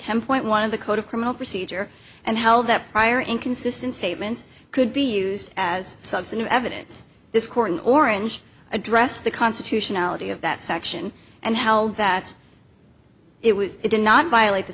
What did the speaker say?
temp point one of the code of criminal procedure and held that prior inconsistent statements could be used as substantive evidence this court in orange addressed the constitutionality of that section and held that it was it did not violate the